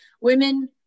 Women